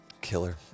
Killer